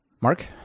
mark